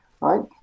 right